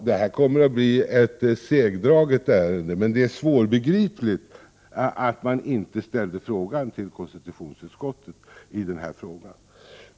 Det här kommer att bli ett segdraget ärende, men det är svårbegripligt att justitieutskottet inte ställde en fråga till konstitutionsutskottet härvidlag.